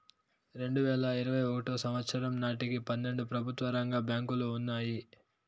రెండువేల ఇరవై ఒకటో సంవచ్చరం నాటికి పన్నెండు ప్రభుత్వ రంగ బ్యాంకులు ఉన్నాయి